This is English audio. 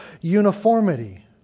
uniformity